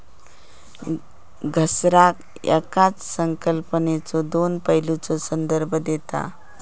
घसारा येकाच संकल्पनेच्यो दोन पैलूंचा संदर्भ देता